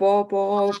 po po